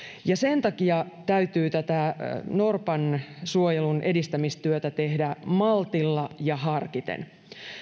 ja sen takia täytyy tätä norpansuojelun edistämistyötä tehdä maltilla ja harkiten